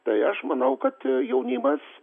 tai aš manau kad jaunimas